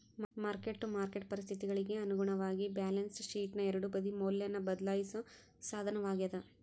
mark to market ಪರಿಸ್ಥಿತಿಗಳಿಗಿ ಅನುಗುಣವಾಗಿ balance ಶೇಟ್ನ ಎರಡೂ ಬದಿ ಮೌಲ್ಯನ ಬದ್ಲಾಯಿಸೋ ಸಾಧನವಾಗ್ಯಾದ